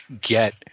get